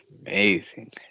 amazing